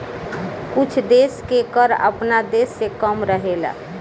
कुछ देश के कर आपना देश से कम रहेला